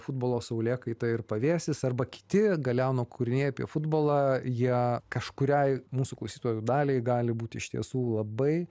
futbolo saulėkaita ir pavėsis arba kiti galeano kūriniai apie futbolą jie kažkuriai mūsų klausytojų daliai gali būti iš tiesų labai